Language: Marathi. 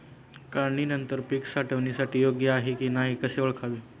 काढणी नंतर पीक साठवणीसाठी योग्य आहे की नाही कसे ओळखावे?